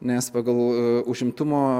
nes pagal užimtumo